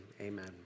amen